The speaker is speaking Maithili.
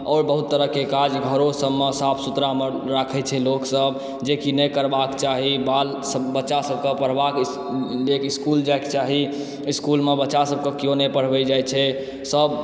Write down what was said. आओर बहुत तरहकेँ काज घरोसभमे साफ सुथड़ामे राखय छै लोकसभ जेकि नहि करबाक चाही बाल बच्चासभके पढ़बाक लेल इस्कूल जाइके चाही इस्कूलमे बच्चासभकेँ केओ नहि पढ़बै जाइत छै सभ